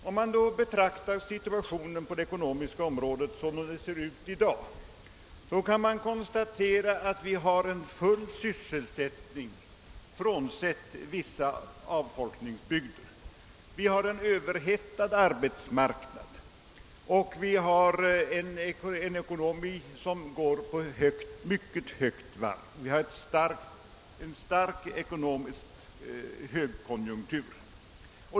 Om man betraktar situationen på det ekonomiska området av i dag, kan man konstatera att det råder full sysselsättning, frånsett vissa avfolkningsbygder. Vi har en överhettad arbetsmarknad och en stark ekonomisk högkonjunktur.